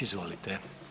Izvolite.